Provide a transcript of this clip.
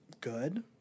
good